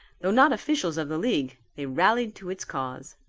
though not officials of the league they rallied to its cause.